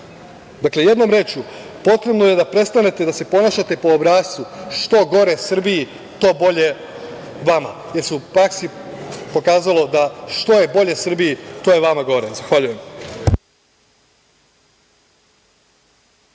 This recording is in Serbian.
Dakle, jednom rečju potrebno je da prestanete da se ponašate po obrascu što gore Srbiji, to bolje vama, jer se u praksi pokazalo da što je bolje Srbiji, to je vama gore. Zahvaljujem.